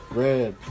red